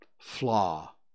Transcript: flaw